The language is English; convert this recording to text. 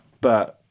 but-